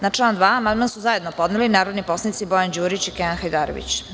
Na član 2. amandman su zajedno podneli narodni poslanici Bojan Đurić i Kenan Hajdarević.